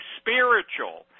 spiritual